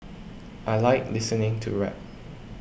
I like listening to rap